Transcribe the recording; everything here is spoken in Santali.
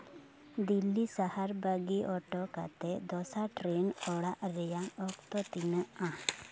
ᱫᱤᱞᱞᱤ ᱥᱟᱦᱟᱨ ᱵᱟᱹᱜᱤ ᱦᱚᱴᱚ ᱠᱟᱛᱮᱫ ᱫᱚᱥᱟᱨ ᱴᱨᱮᱱ ᱚᱲᱟᱜ ᱨᱮᱭᱟᱜ ᱚᱠᱛᱚ ᱛᱤᱱᱟᱹᱜᱼᱟ